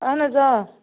اہن حظ آ